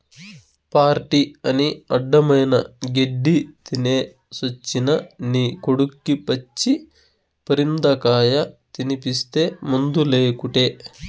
party అని అడ్డమైన గెడ్డీ తినేసొచ్చిన నీ కొడుక్కి పచ్చి పరిందకాయ తినిపిస్తీ మందులేకుటే